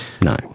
No